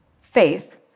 faith